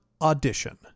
audition